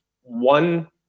one